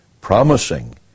promising